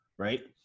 right